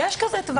יש טווח כזה.